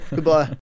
Goodbye